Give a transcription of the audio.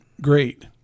great